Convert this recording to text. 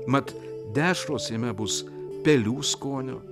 mat dešros jame bus pelių skonio